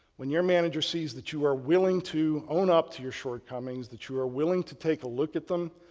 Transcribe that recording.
when your manager sees that you are willing to own up to your shortcomings that you are willing to take a look at them,